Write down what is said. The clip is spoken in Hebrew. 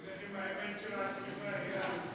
לך עם האמת שלך, איל.